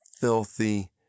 filthy